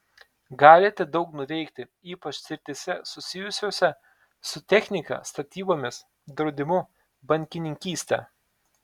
galite daug nuveikti ypač srityse susijusiose su technika statybomis draudimu bankininkyste